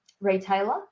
retailer